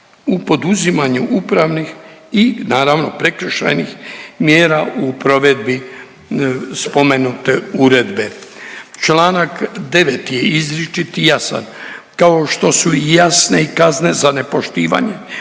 u poduzimanju upravnih i naravno prekršajnih mjera u provedbi spomenute uredbe. Članak 9. je izričit i jasan kao što su i jasne kazne za nepoštivanje